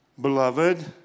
Beloved